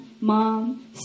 mom